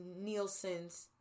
Nielsen's